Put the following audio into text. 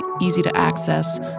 easy-to-access